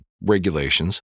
regulations